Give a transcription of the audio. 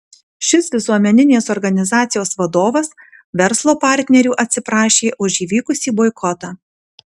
šis visuomeninės organizacijos vadovas verslo partnerių atsiprašė už įvykusį boikotą